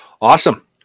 Awesome